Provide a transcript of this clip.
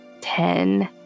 ten